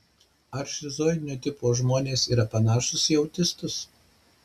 ar šizoidinio tipo žmonės yra panašūs į autistus